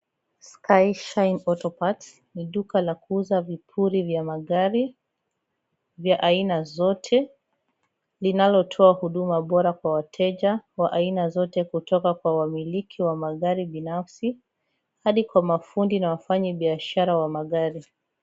Sky shine auto pass ni duka la kuuza vipuli vya magari vya aina zote linalotoa huduma bora kwa wateja wa aina zote kutoka kwa wamiliki wa magari binafsi hadi kwa mafundi na wafanyabiashara wa magari.